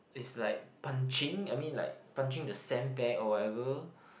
is like punching I mean like punching the sandbag or whatever